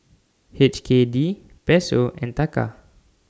H K D Peso and Taka